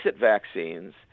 vaccines